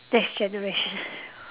next generation